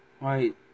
Right